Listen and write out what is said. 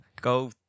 go